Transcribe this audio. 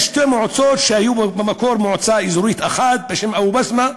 יש שתי מועצות שהיו במקור מועצה אזורית אחת בשם אבו-בסמה,